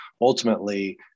ultimately